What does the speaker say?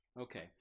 Okay